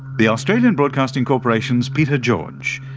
the australian broadcasting corporation's peter george,